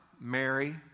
Mary